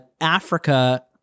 Africa